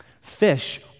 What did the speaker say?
Fish